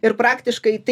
ir praktiškai tai